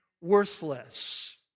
worthless